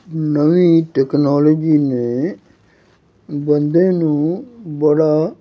ਨਵੀਂ ਟੈਕਨੋਲੋਜੀ ਨੇ ਬੰਦੇ ਨੂੰ ਬੜਾ